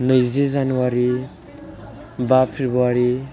नैजि जानुवारि बा फ्रेबुवारि